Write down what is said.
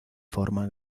forma